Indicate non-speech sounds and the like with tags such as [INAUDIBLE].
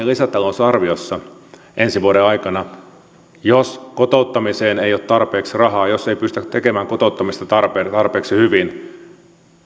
[UNINTELLIGIBLE] lisätalousarviossa ensi vuoden aikana jos kotouttamiseen ei ole tarpeeksi rahaa jos ei pystytä tekemään kotouttamista tarpeeksi tarpeeksi hyvin